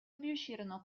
riuscirono